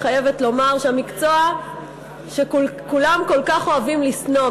חייבת לומר שהמקצוע שכולם כל כך אוהבים לשנוא,